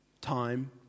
time